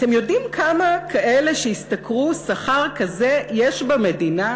אתם יודעים כמה כאלה שהשתכרו שכר כזה יש במדינה?